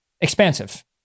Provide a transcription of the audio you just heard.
expansive